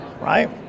Right